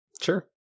Sure